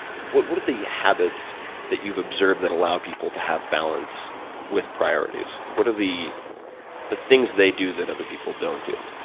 what what are the habits that you've observed that allow people to have balance with priorities? what are the the things they do that other people don't do?